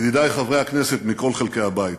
ידידי חברי הכנסת מכל חלקי הבית,